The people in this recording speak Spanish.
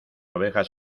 ovejas